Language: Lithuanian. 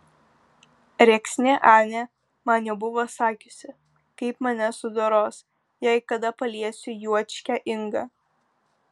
rėksnė anė man jau buvo sakiusi kaip mane sudoros jei kada paliesiu juočkę ingą